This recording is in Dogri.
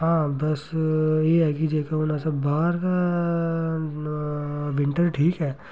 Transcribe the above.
हां बस एह् ऐ कि जेह्का हून अस बाह्र विंटर ठीक ऐ